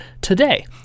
today